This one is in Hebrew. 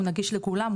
הוא נגיש לכולם,